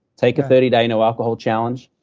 take a thirty day no alcohol challenge,